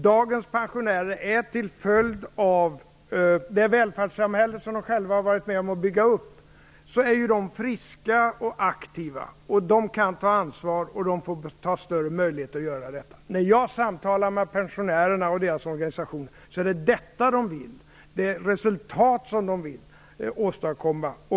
Dagens pensionärer är, till följd av det välfärdssamhälle de själva varit med om att bygga upp, friska och aktiva. De kan ta ansvar och de borde få större möjligheter att göra detta. När jag samtalar med pensionärerna och deras organisationer är det resultat som de vill åstadkomma.